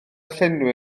llenwi